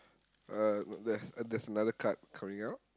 uh there's there's another card coming out